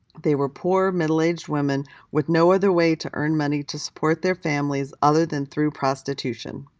they were poor, middle-aged women with no other way to earn money to support their families other than through prostitution.